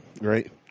Right